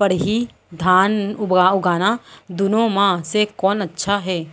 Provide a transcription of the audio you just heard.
पड़ही धान उगाना दुनो म से कोन अच्छा हे?